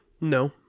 No